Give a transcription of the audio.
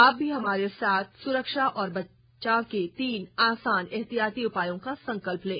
आप भी हमारे साथ सुरक्षा और बचाव के तीन आसान एहतियाती उपायों का संकल्प लें